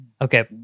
Okay